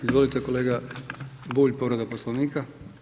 Izvolite kolega Bulj, povreda Poslovnika.